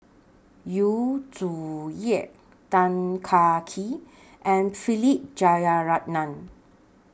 Yu Zhu Ye Tan Kah Kee and Philip Jeyaretnam